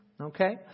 Okay